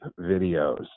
videos